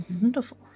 Wonderful